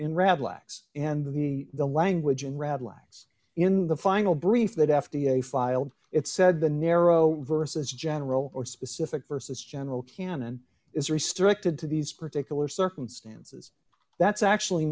in rab lax and the the language in red lights in the final brief that f d a filed it said the narrow versus general or specific versus general canon is restricted to these particular circumstance that's actually